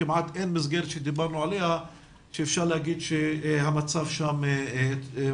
כמעט אין מסגרת שדיברנו עליה שאפשר לומר שהמצב שם מושלם